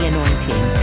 Anointing